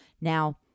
Now